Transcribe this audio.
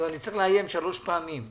אני צריך לאיים שלוש פעמים.